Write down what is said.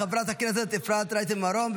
חברת הכנסת אפרת רייטן מרום,